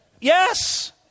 yes